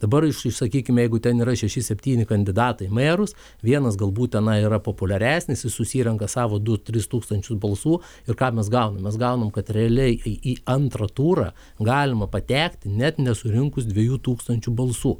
dabar išsakykim jeigu ten yra šeši septyni kandidatai į merus vienas galbūt tenai yra populiaresnis jis susirenka savo du tris tūkstančius balsų ir ką mes gaunam mes gaunam kad realiai į į antrą turą galima patekti net nesurinkus dviejų tūkstančių balsų